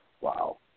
Wow